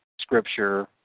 scripture